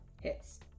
hits